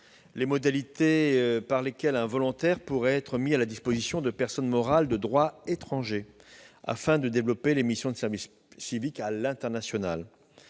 les modalités par lesquelles un volontaire pourrait être mis à la disposition de personnes morales de droit étranger, afin de développer les missions de service civique à l'international.